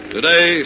Today